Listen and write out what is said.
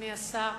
אדוני השר,